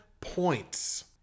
points